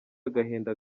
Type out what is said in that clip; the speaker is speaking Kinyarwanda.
agahinda